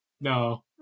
No